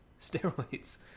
steroids